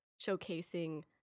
showcasing